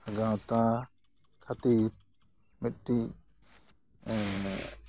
ᱜᱟᱶᱛᱟ ᱠᱷᱟᱹᱛᱤᱨ ᱢᱤᱫᱴᱮᱱ